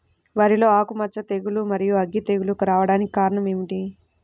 వరిలో ఆకుమచ్చ తెగులు, మరియు అగ్గి తెగులు రావడానికి కారణం ఏమిటి?